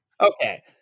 Okay